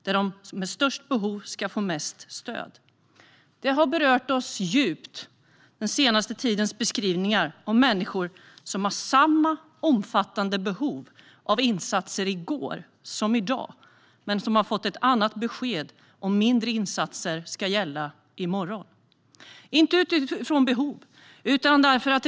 De med störst behov ska få mest stöd. Vi har berörts djupt av den senaste tidens beskrivningar av människor som har samma omfattande behov av insatser i dag som i går, men som har fått besked om att mindre insatser är det som ska gälla i morgon. Dessa bedömningar har inte gjorts utifrån behov.